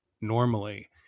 normally